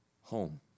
home